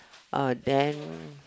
uh then